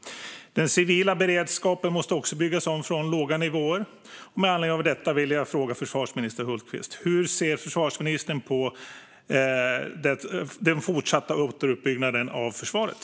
Den civila beredskapen måste också byggas om från låga nivåer. Med anledning av detta vill jag fråga försvarsminister Hultqvist: Hur ser försvarsministern på den fortsatta återuppbyggnaden av försvaret?